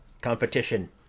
competition